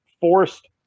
forced